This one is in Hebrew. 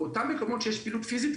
אותם מקומות בהם יש פעילות פיזית,